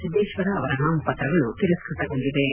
ಸಿದ್ದೇಶ್ವರ ಅವರ ನಾಮ ಪತ್ರಗಳು ತಿರಸ್ಕ ತೆಗೊಂಡಿವೆ